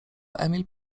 emil